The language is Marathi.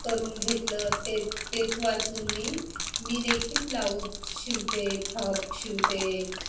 करून घेतलं ते तेच वाचून मी मी देखील ब्लाऊज शिवते फ्रॉक शिवते